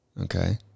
Okay